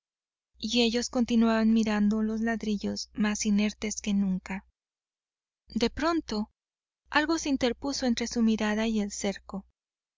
y ellos continuaban mirando los ladrillos más inertes que nunca de pronto algo se interpuso entre su mirada y el cerco